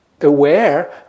aware